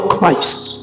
Christ